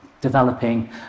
developing